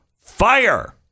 fire